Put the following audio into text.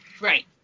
right